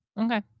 okay